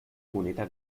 moneta